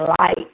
light